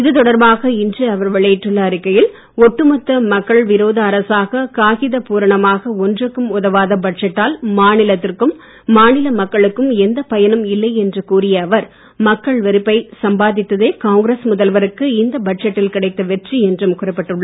இது தொடர்பாக இன்று அவர் வெளியிட்டுள்ள அறிக்கையில் ஒட்டுமொத்த மக்கள் விரோத அரசாக காகித பூரணமாக ஒன்றுக்கு உதவாத பட்ஜெட்டால் மாநிலத்திற்கும் மாநில மக்களுக்கும் எந்த பயனும் இல்லை என்று கூறிய அவர் மக்கள் வெறுப்பை சம்பாதித்ததே காங்கிரஸ் முதல்வருக்கு இந்த பட்ஜெட்டில் கிடைத்த வெற்றி என்றும் குறிப்பிட்டுள்ளார்